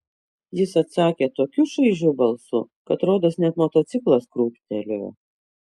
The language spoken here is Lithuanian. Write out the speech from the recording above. jis atsakė tokiu šaižiu balsu kad rodos net motociklas krūptelėjo